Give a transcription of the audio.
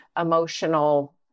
emotional